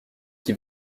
qui